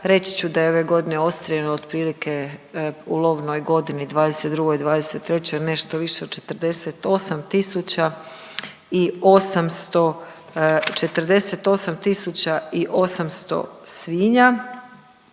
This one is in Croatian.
Reći ću da je ove godine odstrijeljeno otprilike u lovnoj godini '22. i '23. nešto više od 48 tisuća